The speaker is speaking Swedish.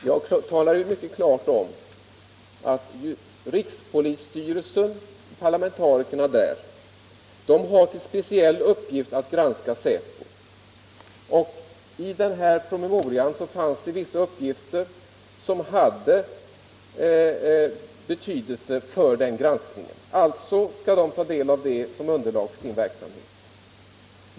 Jag talade ju mycket klart om att parlamentarikerna i rikspolisstyrelsen har till speciell uppgift att granska säkerhetspolisen. I denna promemoria fanns det vissa uppgifter som hade betydelse för den granskningen. Alltså skall de ta del av dem som underlag för sin verksamhet.